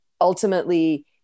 ultimately